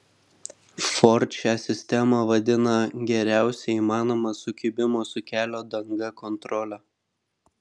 ford šią sistemą vadina geriausia įmanoma sukibimo su kelio danga kontrole